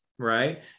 Right